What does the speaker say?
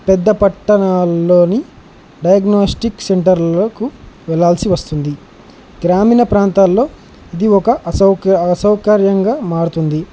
పెద్ద పట్టణాల్లోని డయాగ్నస్టిక్ సెంటర్లకు వెళ్ళాల్సి వస్తుంది గ్రామీణ ప్రాంతాల్లో ఇది ఒక అసౌక అసౌకర్యంగా మారుతుంది